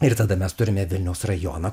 ir tada mes turime vilniaus rajoną